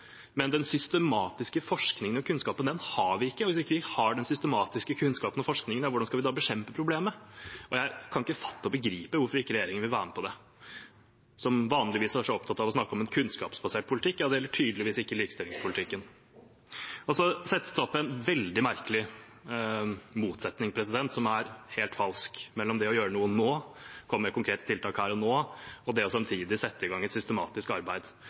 men den systematiske forskningen og kunnskapen har de ikke. Hvis ikke vi har den systematiske kunnskapen og forskningen, hvordan skal vi da bekjempe problemet? Jeg kan ikke fatte og begripe hvorfor ikke regjeringen vil være med på det. Regjeringen er vanligvis så opptatt av å snakke om en kunnskapsbasert politikk, men det gjelder tydeligvis ikke likestillingspolitikken. Det settes opp en veldig merkelig motsetning, som er helt falsk, mellom det å gjøre noe nå, komme med konkrete tiltak her og nå, og det samtidig å sette i gang et systematisk arbeid.